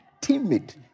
timid